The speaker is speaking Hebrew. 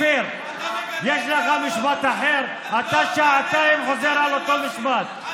אתה מגנה אותו או